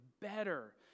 better